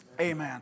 Amen